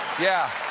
yeah.